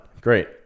Great